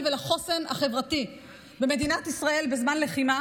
ולחוסן החברתי במדינת ישראל בזמן לחימה,